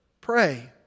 Pray